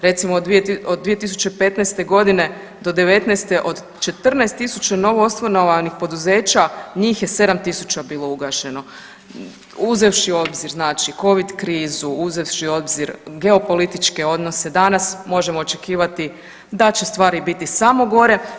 Recimo od 2015. do '19. od 14.000 novoosnovanih poduzeća njih je 7.000 bilo ugašeno uzevši u obzir znači Covid krizu, uzevši u obzir geopolitičke odnose, danas možemo očekivati da će stvari biti samo gore.